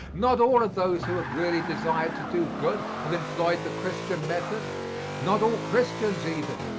not all of those who have really desired to do good have employed the christian method not all christians even.